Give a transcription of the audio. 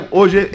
hoje